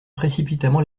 précipitamment